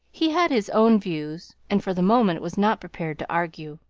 he had his own views and for the moment was not prepared to argue.